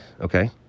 Okay